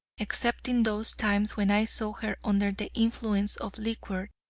excepting those times when i saw her under the influence of liquor,